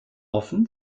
offen